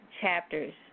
chapters